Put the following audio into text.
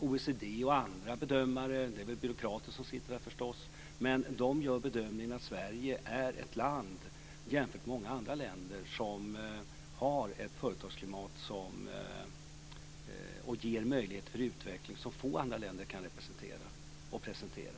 OECD och andra bedömare - men det är väl byråkrater som sitter där förstås - gör bedömningen att Sverige är ett land som jämfört med många andra länder har ett företagsklimat som ger möjligheter för utveckling som få andra länder kan representera och presentera.